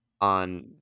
on